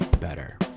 better